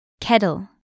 Kettle